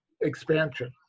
expansion